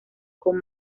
con